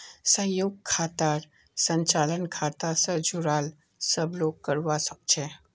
संयुक्त खातार संचालन खाता स जुराल सब लोग करवा सके छै